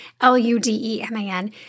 L-U-D-E-M-A-N